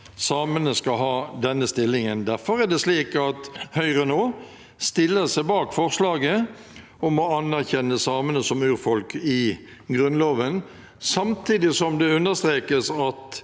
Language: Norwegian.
samene skal ha denne stillingen. Derfor er det slik at Høyre nå stiller seg bak forslaget om å anerkjenne samene som urfolk i Grunnloven, samtidig som det understrekes at